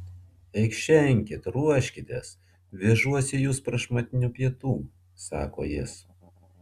eikšenkit ruoškitės vežuosi jus prašmatnių pietų sako jis